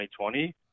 2020